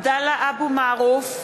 עבדאללה אבו מערוף,